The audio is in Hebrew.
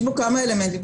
יש בו כמה אלמנטים,